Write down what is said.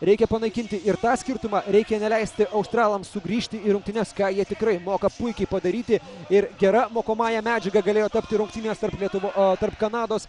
reikia panaikinti ir tą skirtumą reikia neleisti australams sugrįžti į rungtynes ką jie tikrai moka puikiai padaryti ir gera mokomąja medžiaga galėjo tapti rungtynės tarp lietuvo o tarp kanados